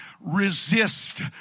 resist